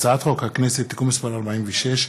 הצעת חוק הכנסת (תיקון מס' 46),